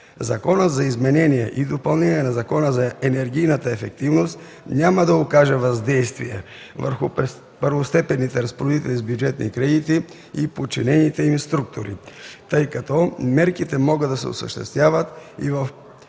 Законът за изменение и допълнение на Закона за енергийната ефективност няма да окаже въздействие върху първостепенните разпоредители с бюджетни кредити и подчинените им структури, тъй като мерките могат да се осъществяват в